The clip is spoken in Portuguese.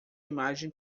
imagem